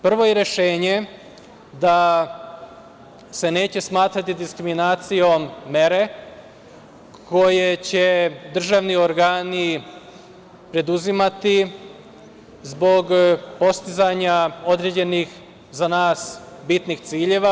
Prvo je rešenje da se neće smatrati diskriminacijom mere koje će državni organi preduzimati zbog postizanja određenih za nas bitnih ciljeva.